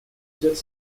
взять